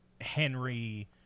Henry